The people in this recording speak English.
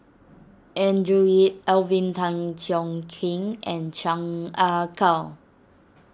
Andrew Yip Alvin Tan Cheong Kheng and Chan Ah Kow